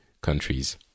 countries